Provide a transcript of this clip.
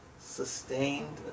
Sustained